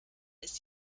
ist